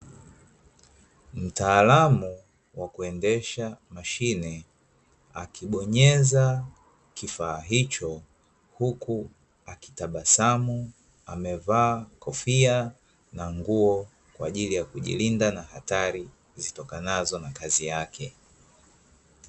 Mtaalamu wa kuendesha mashine akibonyeza kifaa hicho huku akitabasamu, amevaa kofia na nguo kwa ajili kujilinda na hatari zitokanazo na kazi yake.